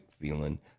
feeling